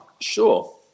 Sure